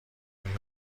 آیا